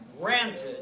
granted